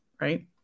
right